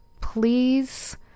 please